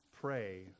pray